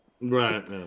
Right